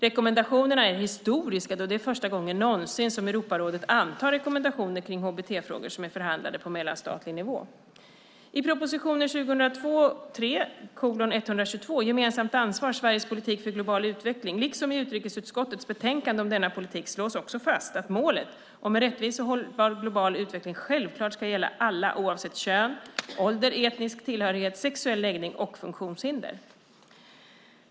Rekommendationerna är historiska då det är första gången någonsin som Europarådet antar rekommendationer kring hbt-frågor som är förhandlade på mellanstatlig nivå. I proposition 2002/03:122 Gemensamt ansvar - Sveriges politik för global utveckling liksom i utrikesutskottets betänkande om denna politik slås också fast att målet om en rättvis och hållbar global utveckling självklart ska gälla alla oavsett kön, ålder, etnisk tillhörighet, sexuell läggning och funktionshinder.